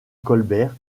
colbert